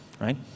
right